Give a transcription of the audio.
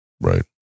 Right